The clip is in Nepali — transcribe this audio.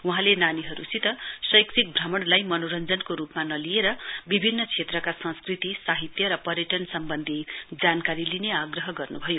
वहाँले नानीहरुसित शैक्षिक भ्रमणलाई मनोरञजनको रुपमा नलिएर विभिन्न क्षेत्रका संस्कृतिसहित्य र पर्यटन सम्बन्धी जानकारी लिने आग्रह गर्नुभयो